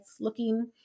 looking